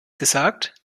gesagt